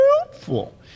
Helpful